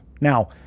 Now